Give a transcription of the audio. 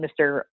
Mr